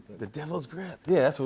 the devil's grip. yeah, so